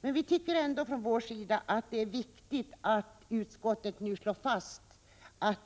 Men vi tycker ändå från vår sida att det är viktigt att utskottet nu slår fast att